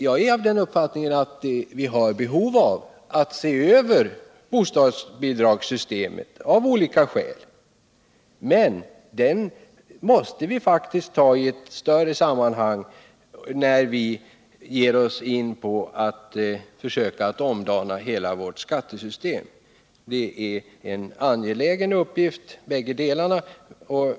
Jag är av den uppfattningen att vi behöver se över bostadsbidragssystemet av olika skäl, men det måste vi faktiskt göra i ett större sammanhang, när vi ger oss in på att försöka omdana hela vårt skattesystem. Bägge delarna är angelägna uppgifter.